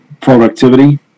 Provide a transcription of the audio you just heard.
productivity